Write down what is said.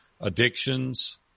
addictions